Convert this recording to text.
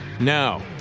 Now